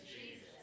Jesus